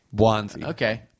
Okay